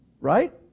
right